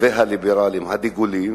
והליברלים הדגולים